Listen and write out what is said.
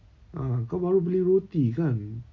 ah kau baru beli roti kan